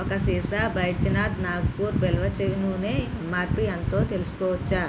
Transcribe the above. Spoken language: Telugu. ఒక సీసా బైద్యనాథ్ నాగపూర్ బిల్వ చెవి నూనె ఎంఆర్పి ఎంతో తెలుసుకోవచ్చా